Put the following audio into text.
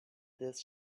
this